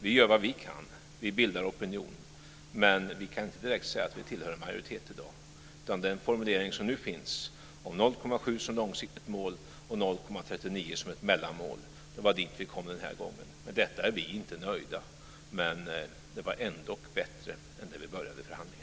Vi gör vad vi kan och bildar opinion. Men vi kan inte direkt säga att vi i dag tillhör en majoritet. Den formulering som nu finns om 0,7 % som långsiktigt mål och 0,39 % som ett mellanmål var vad vi kom till den här gången. Med detta är vi inte nöjda. Men det var ändock bättre än där vi började förhandlingen.